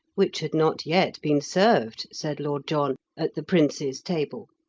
which had not yet been served, said lord john, at the prince's table.